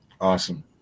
Awesome